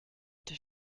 does